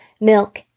milk